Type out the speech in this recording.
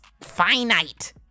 finite